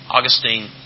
Augustine